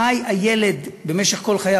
חי הילד במשך כל חייו.